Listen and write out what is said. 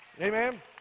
Amen